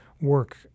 work